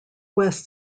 west